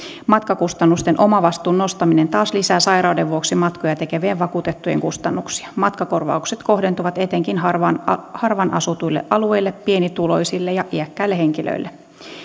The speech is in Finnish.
matkakustannusten omavastuun nostaminen taas lisää sairauden vuoksi matkoja tekevien vakuutettujen kustannuksia matkakorvaukset kohdentuvat etenkin harvaan harvaan asutuille alueille pienituloisille ja iäkkäille henkilöille